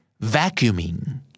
Vacuuming